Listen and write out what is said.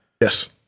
yes